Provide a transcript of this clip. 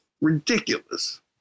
ridiculous